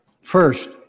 First